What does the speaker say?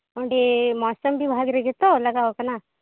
ᱚᱸᱰᱮ ᱢᱟᱣᱥᱳᱢ ᱵᱤᱵᱷᱟᱜᱽ ᱨᱮᱜᱮ ᱛᱚ ᱞᱟᱜᱟᱣ ᱟᱠᱟᱱᱟ